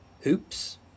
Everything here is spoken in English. hoops